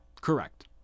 Correct